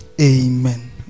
Amen